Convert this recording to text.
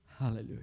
Hallelujah